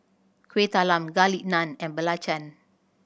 Kueh Talam Garlic Naan and belacan